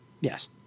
Yes